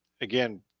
again